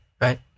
right